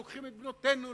לוקחים את בנותינו,